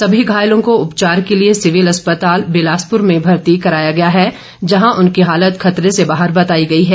सभी घायलों को उपचार के लिए सिविल अस्पताल बिलासपुर में भर्ती कराया गया है जहां उनकी हालत खतरे से बाहर बताई गई है